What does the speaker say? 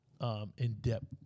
in-depth